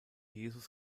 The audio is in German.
jesus